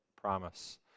promise